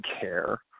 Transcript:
care